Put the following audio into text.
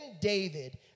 David